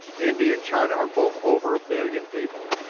india and china are both over a billion people,